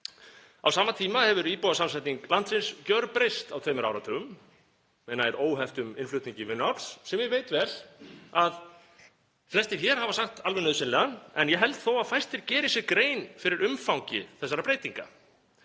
Á sama tíma hefur íbúasamsetning landsins gjörbreyst á tveimur áratugum með nær óheftum innflutningi vinnuafls sem ég veit vel að flestir hér hafa sagt alveg nauðsynlega en ég held þó að fæstir geri sér grein fyrir umfangi þessara breytinga.